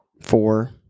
four